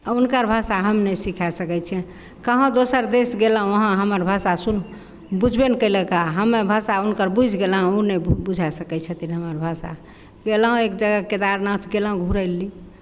आ हुनकर भाषा हम नहि सिखाए सकै छियनि कहाँ दोसर देश गेलहुँ वहाँ हमर भाषा सुन बुझबे नहि कयलक आ हमे भाषा हुनकर बुझि गयलहुँ आ ओ नहि बुझाय सकै छथिन हमर भाषा गयलहुँ एक तऽ केदारनाथ गयलहुँ घुरय लए